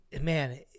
Man